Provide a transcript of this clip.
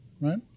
right